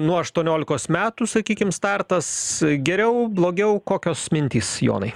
nuo aštuoniolikos metų sakykim startas geriau blogiau kokios mintys jonai